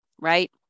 right